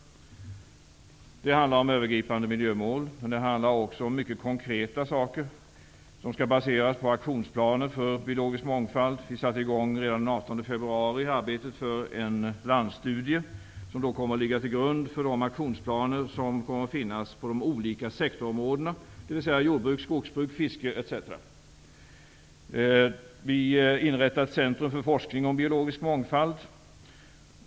Det handlar om övergripande miljömål och även om mycket konkreta åtgärder som skall baseras på aktionsplaner för biologisk mångfald. Vi satte redan den 18 februari i gång arbetet för den landsstudie som kommer att ligga till grund för de aktionsplaner som kommer att finnas på de olika sektorområdena, dvs. jordbruk, skogsbruk, fiske, etc. Vi inrättar ett centrum för forskning om biologisk mångfald.